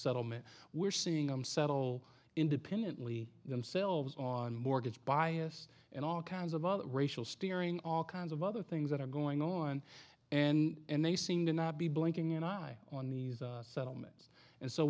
settlement we're seeing them settle independently themselves on mortgage bias and all kinds of other racial steering all kinds of other things that are going on and they seem to not be blinking an eye on these settlements and so